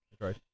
right